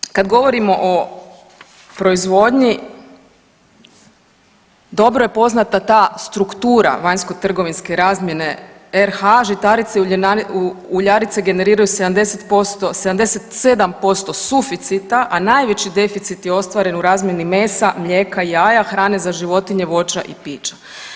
Znači kad govorimo o proizvodnji dobro je poznata ta struktura vanjskotrgovinske razmjene RH žitarice i uljarice generiraju 70%, 77% suficita, a najveći deficit je ostvaren u razmjeni mesa, mlijeka, jaja, hrane za životinje, voća i pića.